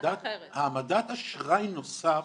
העמדת אשראי נוסף